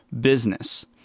business